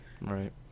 right